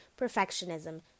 perfectionism